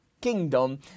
kingdom